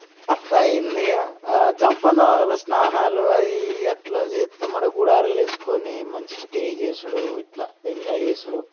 అట్టా అయ్యింది ఇక ఆ జంపన్న వాగులో స్నానాలు అవి ఇవి అట్ల చేత్తం ఇక గుడారాలు వేసుకుని మంచి స్టే చేసుడు ఇట్ల ఎంజాయ్ చేసుడు